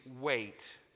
wait